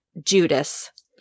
Judas